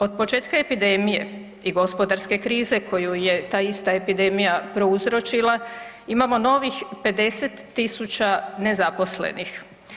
Od početka epidemije i gospodarske krize koju je ta ista epidemija prouzročila, imamo novih 50 000 nezaposlenih.